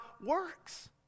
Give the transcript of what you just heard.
works